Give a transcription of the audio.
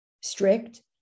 strict